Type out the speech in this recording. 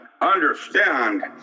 understand